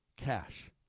cash